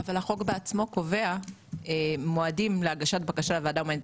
אבל החוק בעצמו קובע מועדים להגשת בקשה לוועדה הומניטרית,